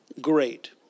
great